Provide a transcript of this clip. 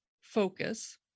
focus